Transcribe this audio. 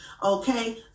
Okay